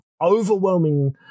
overwhelming